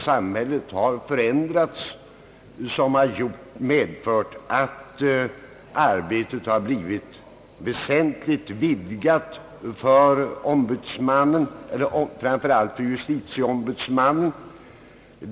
Samhället har förändrats, vilket har medfört att arbetsbördan vuxit framför allt för justitieombudsmannen.